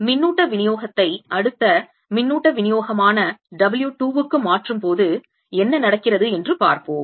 மின்னூட்ட விநியோகத்தை அடுத்த மின்னூட்ட விநியோகமான W 2 க்கு மாற்றும்போது என்ன நடக்கிறது என்று பார்ப்போம்